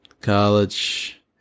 college